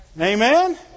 Amen